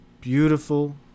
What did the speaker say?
beautiful